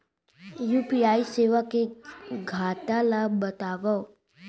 UPI सेवा के घाटा ल बतावव?